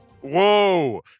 Whoa